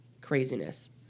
craziness